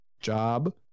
job